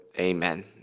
Amen